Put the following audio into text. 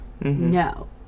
no